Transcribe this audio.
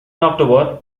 october